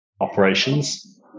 operations